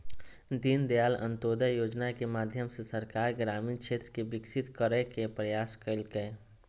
दीनदयाल अंत्योदय योजना के माध्यम से सरकार ग्रामीण क्षेत्र के विकसित करय के प्रयास कइलके